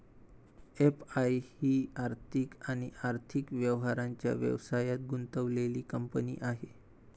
FI ही आर्थिक आणि आर्थिक व्यवहारांच्या व्यवसायात गुंतलेली कंपनी आहे